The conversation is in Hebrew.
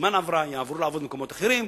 מזמן עברה, והם יעברו לעבוד במקומות אחרים.